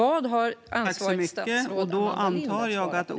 Vad har ansvarigt statsråd Amanda Lind att svara på det?